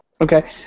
Okay